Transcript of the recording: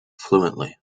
fluently